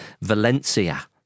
Valencia